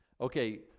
okay